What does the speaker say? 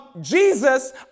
Jesus